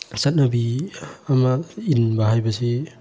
ꯆꯠꯅꯕꯤ ꯑꯃ ꯏꯟꯕ ꯍꯥꯏꯕꯁꯤ